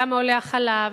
כמה עולה החלב,